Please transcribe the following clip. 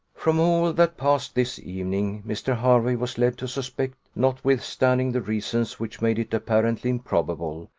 from all that passed this evening, mr. hervey was led to suspect, notwithstanding the reasons which made it apparently improbable,